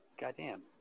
goddamn